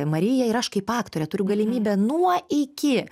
marija ir aš kaip aktorė turiu galimybę nuo iki